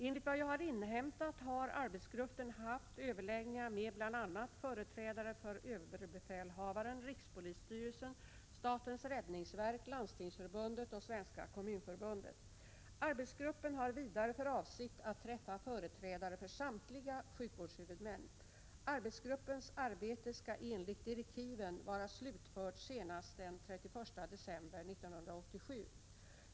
Enligt vad jag har inhämtat har arbetsgruppen haft överläggningar med bl.a. företrädare för överbefälhavaren, rikspolisstyrelsen, statens räddningsverk, Landstingsförbundet och Svenska kommunförbundet. Arbetsgruppen har vidare för avsikt att träffa företrädare för samtliga sjukvårdshuvudmän. Arbetsgruppens arbete skall enligt direktiven vara slutfört senast den 31 december 1987.